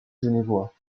genevois